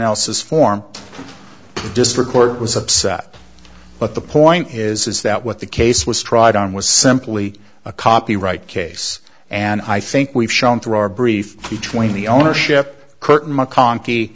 else's form the district court was upset but the point is is that what the case was tried on was simply a copyright case and i think we've shown through our brief between the ownership curtain mccon